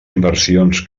inversions